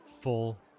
full